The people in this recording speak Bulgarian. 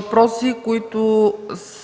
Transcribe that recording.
въпроси, по които е